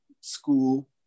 school